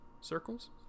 circles